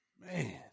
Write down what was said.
Man